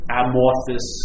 amorphous